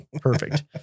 Perfect